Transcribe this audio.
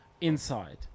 Inside